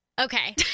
Okay